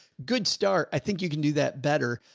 good start. i think you can do that better.